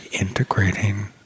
integrating